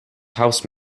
house